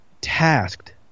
tasked